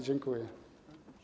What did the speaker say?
Dziękuję.